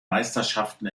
meisterschaften